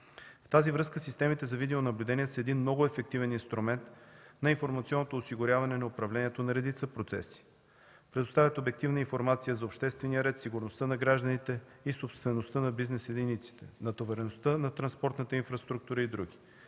В тази връзка системите за видеонаблюдение са един много ефективен инструмент на информационното осигуряване на управлението на редица процеси, предоставят обективна информация за обществения ред, сигурността на гражданите и собствеността на бизнес единиците, натовареността на транспортната инфраструктура и др.